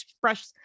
fresh